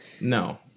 No